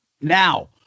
Now